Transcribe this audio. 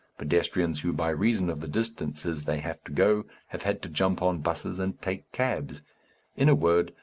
pedestrians who, by reason of the distances they have to go, have had to jump on buses and take cabs in a word,